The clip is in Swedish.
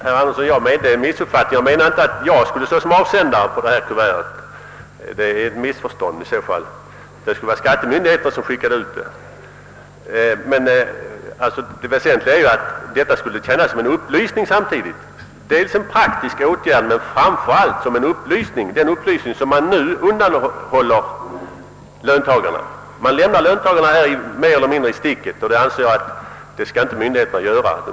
Herr talman! Jag vill rätta ett missförstånd: Jag har inte avsett att jag skulle stå som avsändare på detta kuvert, utan det skulle vara skattemyndigheterna som skickade ut kuvertet. Det skulle fylla en praktisk uppgift men framför allt tjäna som en upplysning — en upplysning som nu undanhålls löntagarna. Myndigheterna lämnar löntagarna mer eller mindre i sticket, och det anser jag inte att de skall göra.